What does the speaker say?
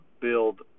build